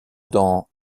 dans